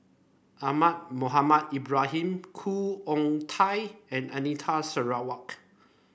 Ahmad Mohamed Ibrahim Khoo Oon Teik and Anita Sarawak